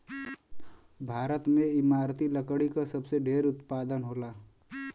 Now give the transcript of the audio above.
भारत में इमारती लकड़ी क सबसे ढेर उत्पादन होला